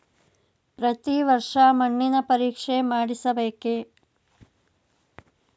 ಪ್ರತಿ ವರ್ಷ ಮಣ್ಣಿನ ಪರೀಕ್ಷೆ ಮಾಡಿಸಬೇಕೇ?